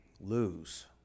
lose